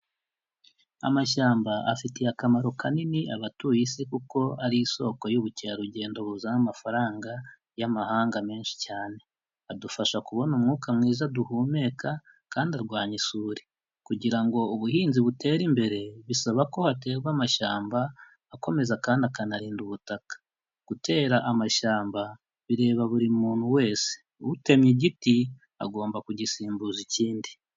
Amashyamba afitiye akamaro kanini abatuye isi kuko ari isoko y'ubukerarugendo buzana amafaranga y'amahanga menshi cyane. Adufasha kubona umwuka mwiza duhumeka kandi arwanya isuri, kugirango ngo ubuhinzi butere imbere bisaba ko haterwa amashyamba akomeza kandi akanarinda ubutaka. Gutera amashyamba bireba buri muntu wese utemye igiti agomba kugisimbuza ikindi.